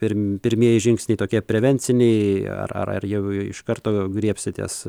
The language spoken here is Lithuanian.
pirm pirmieji žingsniai tokie prevenciniai ar ar jau iš karto griebsitės